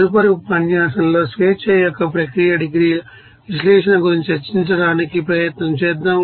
తదుపరి ఉపన్యాసంలో స్వేచ్ఛ యొక్క ప్రక్రియ డిగ్రీల విశ్లేషణ గురించి చర్చించడానికి ప్రయత్నం చేద్దాం